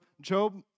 Job